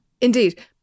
Indeed